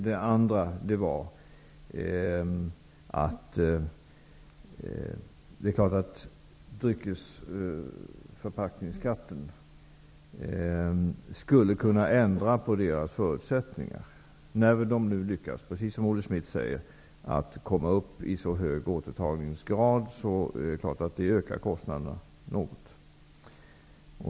Det är klart att en förändring av dryckesförpackningsskatten skulle kunna ändra Returpacks förutsättningar. När man nu har lyckats komma upp i så hög återvinningsgrad bidrar skatten -- precis som Olle Schmidt säger -- till att något öka kostnaderna.